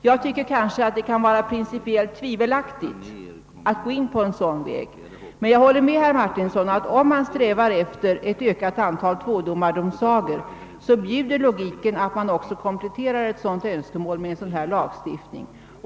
Det är kanske principiellt tvivelaktigt att gå en sådan väg, men jag håller med herr Martinsson om att logiken kräver, om man strävar efter ett ökat antal tvådomardomsagor, en komplettering med en sådan här lagstiftning.